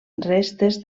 restes